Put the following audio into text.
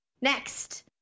next